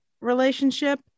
relationship